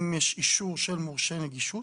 אם יש אישור של מורשה נגישות,